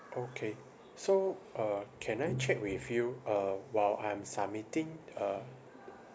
okay so uh can I check with you uh while I'm submitting uh